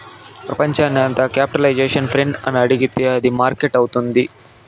ప్రపంచాన్ని అంత capitalisation friend అని అడిగితే అది మార్కెట్ అవుతుంది